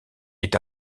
est